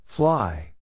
Fly